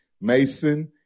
Mason